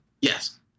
Yes